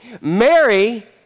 Mary